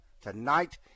tonight